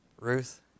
Ruth